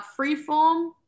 freeform